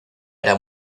era